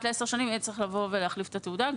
ל-10 שנים יהיה צריך לבוא ולהחליף את התעודה.